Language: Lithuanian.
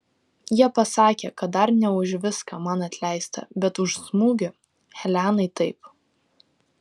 jie pasakė kad dar ne už viską man atleista bet už smūgį helenai taip